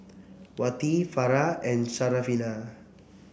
Wati Farah and Syarafina